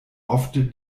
ofte